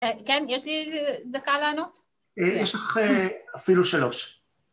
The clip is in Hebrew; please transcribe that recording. ‫כן, יש לי דקה לענות? ‫-יש לך אפילו שלוש.